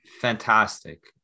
fantastic